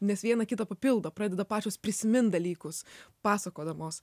nes viena kitą papildo pradeda pačios prisimint dalykus pasakodamos